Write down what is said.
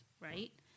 right